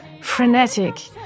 frenetic